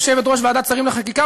יושבת-ראש ועדת שרים לחקיקה,